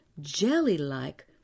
jelly-like